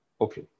Okay